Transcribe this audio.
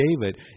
David